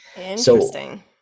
Interesting